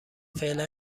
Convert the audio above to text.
فعلا